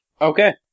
Okay